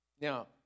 Now